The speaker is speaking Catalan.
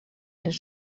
les